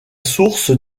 source